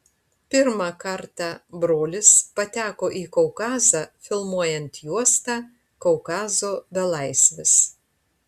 pirmą kartą brolis pateko į kaukazą filmuojant juostą kaukazo belaisvis